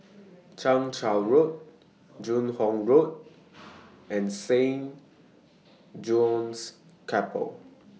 Chang Charn Road Joo Hong Road and Saint John's Chapel